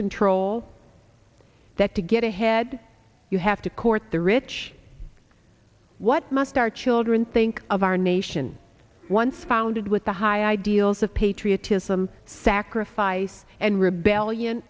control that to get ahead you have to court the rich what must our children think of our nation once founded with the high ideals of patriotism sacrifice and rebellion